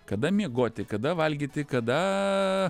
kada miegoti kada valgyti kada